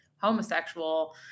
homosexual